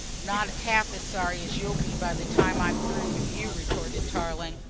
not half as sorry as you'll be by the time i'm through with you, retorted tarling.